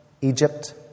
Egypt